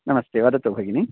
नमस्ते वदतु भगिनी